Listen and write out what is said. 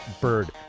Bird